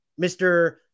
Mr